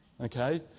Okay